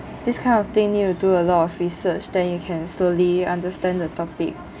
this kind of thing need to do a lot of research then you can slowly understand the topic